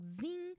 zing